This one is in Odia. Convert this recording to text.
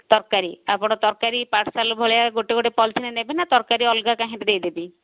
ତରକାରୀ ଆପଣ ତରକାରୀ ପାର୍ସଲ ଭଳିଆ ଗୋଟେ ଗୋଟେ ପଲିଥିନ୍ରେ ନେବେ ନା ତରକାରୀ ଅଲଗା କାହିଁରେ ଦେଇହେବି